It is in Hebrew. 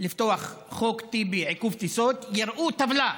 לפתוח "חוק טיבי, עיכוב טיסות" יראו טבלה,